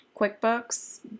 QuickBooks